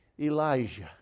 Elijah